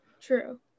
true